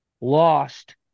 lost